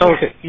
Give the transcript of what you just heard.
Okay